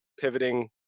pivoting